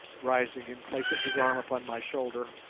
rising and placing his arm upon my shoulder.